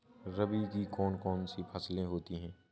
रबी की कौन कौन सी फसलें होती हैं?